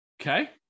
Okay